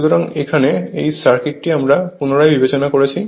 সুতরাং এখানে এই সার্কিটটি আমরা পুনরায় বিবেচনা করছি